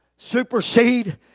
supersede